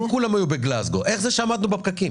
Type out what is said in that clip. אם כולם היו בגלזגו אז איך זה שעמדנו בפקקים?